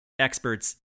experts